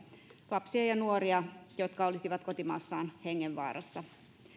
lapsia ja ja nuoria jotka olisivat kotimaassaan hengenvaarassa